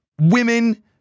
Women